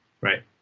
Right